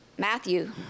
Matthew